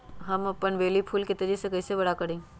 हम अपन बेली फुल के तेज़ी से बरा कईसे करी?